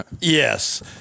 yes